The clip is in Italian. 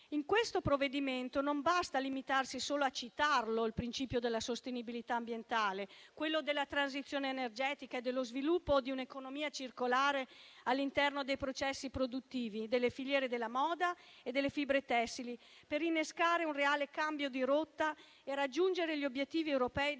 fortemente preoccupati. Non basta limitarsi a citare nel provvedimento i principi della sostenibilità ambientale, della transizione energetica e dello sviluppo di un'economia circolare all'interno dei processi produttivi delle filiere della moda e delle fibre tessili per innescare un reale cambio di rotta e raggiungere gli obiettivi europei